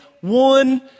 one